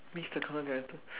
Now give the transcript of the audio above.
means the colour damn